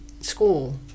school